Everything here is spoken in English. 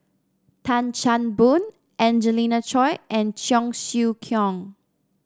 Tan Chan Boon Angelina Choy and Cheong Siew Keong